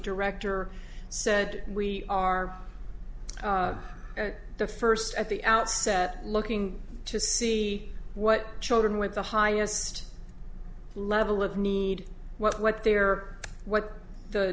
director said we are the first at the outset looking to see what children with the highest level of need what they're what the